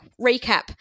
recap